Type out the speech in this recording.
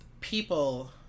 people